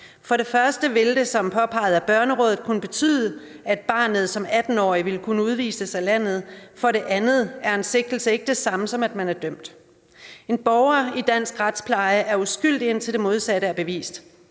For det første vil det som påpeget af Børnerådet kunne betyde, at barnet som 18-årig vil kunne udvises af landet. For det andet er en sigtelse ikke det samme, som at man er dømt. En borger er efter dansk retspleje uskyldig, indtil det modsatte er bevist.